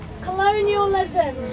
colonialism